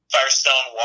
Firestone